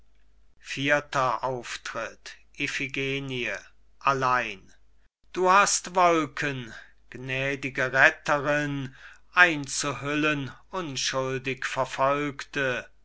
vierter auftritt iphigenie allein du hast wolken gnädige retterin einzuhüllen unschuldig verfolgte